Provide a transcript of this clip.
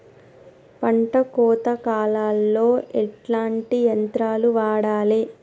పంట కోత కాలాల్లో ఎట్లాంటి యంత్రాలు వాడాలే?